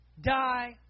die